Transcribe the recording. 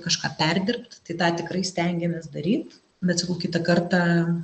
kažką perdirbt tai tą tikrai stengiamės daryt bet sakau kitą kartą